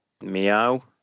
Meow